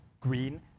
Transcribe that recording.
green